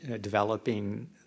developing